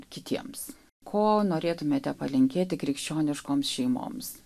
kitiems ko norėtumėte palinkėti krikščioniškoms šeimoms